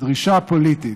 דרישה פוליטית.